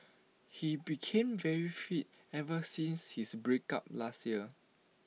he became very fit ever since his breakup last year